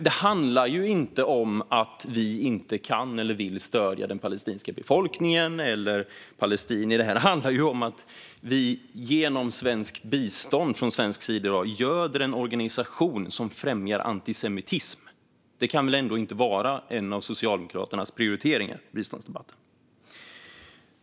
Det handlar inte om att vi inte kan eller vill stödja den palestinska befolkningen eller palestinier. Det handlar om att Sverige genom svenskt bistånd göder en organisation som främjar antisemitism. Det kan väl ändå inte vara en av Socialdemokraternas prioriteringar i biståndsdebatten?